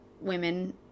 women